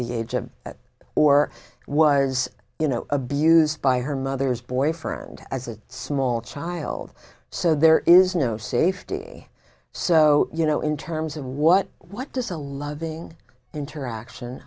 the age of or was you know abused by her mother's boyfriend as a small child so there is no safety so you know in terms of what what does a loving interaction